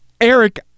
Eric